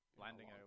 Landing